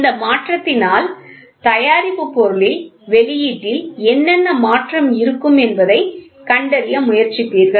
இந்த மாற்றத்தினால் தயாரிப்பு பொருளில் வெளியீட்டில் என்னென்ன மாற்றம் இருக்கும் என்பதைக் கண்டறிய முயற்சிப்பீர்கள்